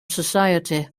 society